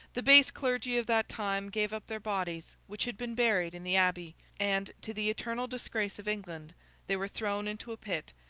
the base clergy of that time gave up their bodies, which had been buried in the abbey, and to the eternal disgrace of england they were thrown into a pit,